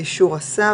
באישור השר,